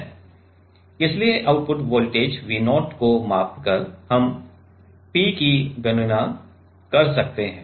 इसलिए output voltage V0 को मापकर हम P की गणना कर सकते हैं